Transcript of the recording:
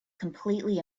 completely